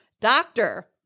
doctor